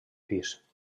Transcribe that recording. pis